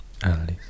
Alice